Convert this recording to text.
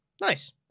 Nice